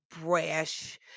brash